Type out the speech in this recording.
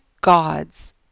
gods